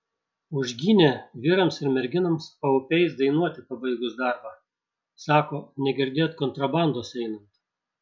užgynė vyrams ir merginoms paupiais dainuoti pabaigus darbą sako negirdėt kontrabandos einant